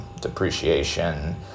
depreciation